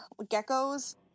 geckos